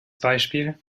beispiel